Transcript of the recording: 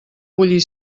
bullir